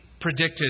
predicted